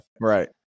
Right